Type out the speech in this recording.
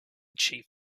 chief